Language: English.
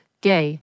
gay